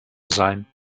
sein